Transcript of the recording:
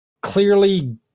clearly